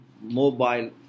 mobile